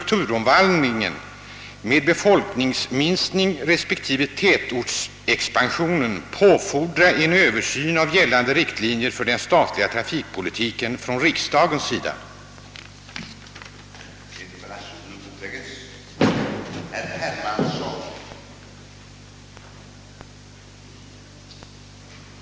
Jag hemställer därför om kammarens tillstånd att till hans excellens utrikesministern få framställa följande frågor: När avser regeringen att ta initiativet till att upprätta diplomatiska förbindelser med stater med vilka sådana förbindelser nu icke finns?